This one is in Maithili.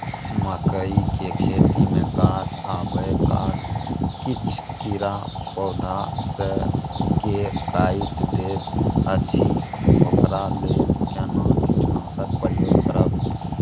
मकई के खेती मे गाछ आबै काल किछ कीरा पौधा स के काइट दैत अछि ओकरा लेल केना कीटनासक प्रयोग करब?